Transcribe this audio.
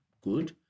good